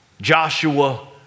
Joshua